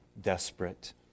desperate